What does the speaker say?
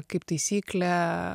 kaip taisyklė